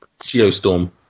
Geostorm